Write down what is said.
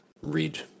read